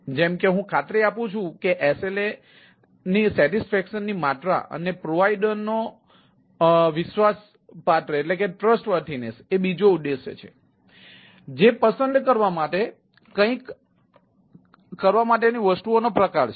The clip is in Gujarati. જેમ કે હું ખાતરી આપું છું કે SLAની સૈટિસ્ફૈક્શન માટે નિર્ણય લેવાની સિસ્ટમ એ બીજું પાસું છે